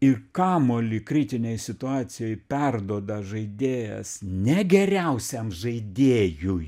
ir kamuolį kritinėj situacijoj perduoda žaidėjas ne geriausiam žaidėjui